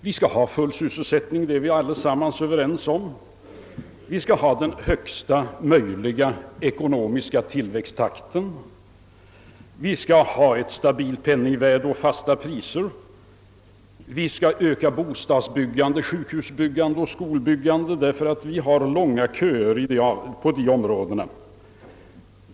Vi är alla överens om att vi skall ha full sysselsättning, vi skall ha den högsta möjliga ekonomiska tillväxttakten, vi skall ha ett stabilt penningvärde och fasta priser, vi skall öka bostadsbyggandet, sjukhusbyggandet och skolbyggandet därför att vi har långa köer på dessa områden.